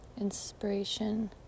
Inspiration